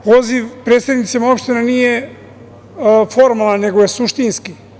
Poziv predsednicima opština nije formalan, nego je suštinski.